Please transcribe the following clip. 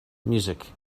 music